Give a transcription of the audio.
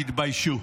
תתביישו.